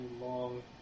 long